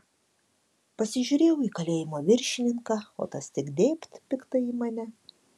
pasižiūrėjau į kalėjimo viršininką o tas tik dėbt piktai į mane